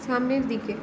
সামনের দিকে